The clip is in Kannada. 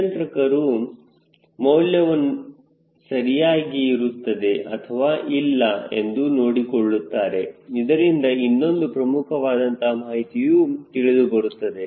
ನಿಯಂತ್ರಕರು ಮೌಲ್ಯವು ಸರಿಯಾಗಿ ಇರುತ್ತದೆ ಅಥವಾ ಇಲ್ಲ ಎಂದು ನೋಡಿಕೊಳ್ಳುತ್ತಾರೆ ಇದರಿಂದ ಇನ್ನೊಂದು ಪ್ರಮುಖವಾದಂತಹ ಮಾಹಿತಿಯು ತಿಳಿದುಬರುತ್ತದೆ